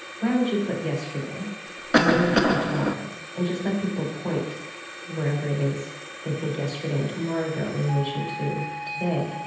where would you put yesterday and where would you put tomorrow, and just let people point wherever it is they think yesterday and tomorrow go in relation to today.